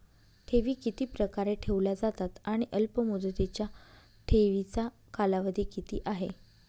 ठेवी किती प्रकारे ठेवल्या जातात आणि अल्पमुदतीच्या ठेवीचा कालावधी किती आहे?